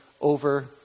over